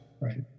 right